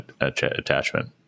attachment